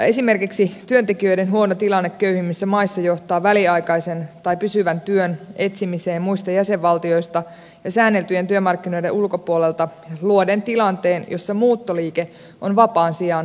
esimerkiksi työntekijöiden huono tilanne köyhimmissä maissa johtaa väliaikaisen tai pysyvän työn etsimiseen muista jäsenvaltioista ja säänneltyjen työmarkkinoiden ulkopuolelta luoden tilanteen jossa muuttoliike on vapaan sijaan pakollista